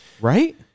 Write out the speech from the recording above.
right